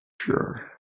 Sure